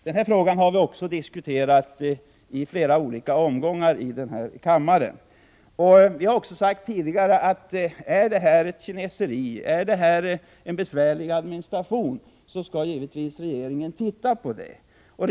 Denna fråga har också diskuterats i kammaren i flera olika omgångar. Vi har tidigare sagt att om bestämmelserna är ett kineseri och om de innebär en besvärlig administration skall regeringen givetvis se över dem.